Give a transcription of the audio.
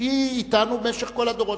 שהיא אתנו במשך כל הדורות.